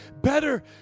Better